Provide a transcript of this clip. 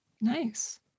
Nice